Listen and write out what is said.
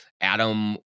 Adam